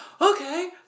okay